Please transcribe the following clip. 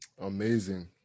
Amazing